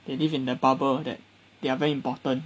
they live in the bubble that they are very important